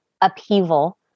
upheaval